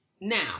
now